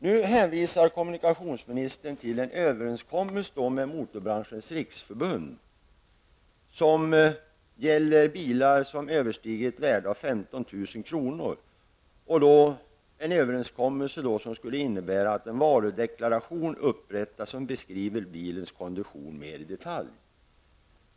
Nu hänvisar kommunikationsministern till en överenskommelse med Motorbranschens riksförbund, som gäller bilar vilkas värde överstiger 15 000 kr. Det är en överenskommelse som skulle innebära att en varudeklaration upprättas som beskriver bilens kondition mer i detalj.